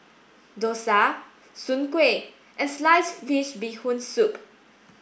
Dosa Soon Kuih and Sliced Fish Bee Hoon Soup